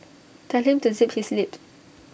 tell him to zip his lip